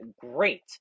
great